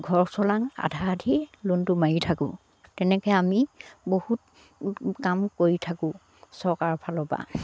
ঘৰ চলাং আধা আধি লোনটো মাৰি থাকোঁ তেনেকে আমি বহুত কাম কৰি থাকোঁ চৰকাৰৰ ফালৰ পৰা